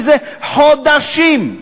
מזה חודשים,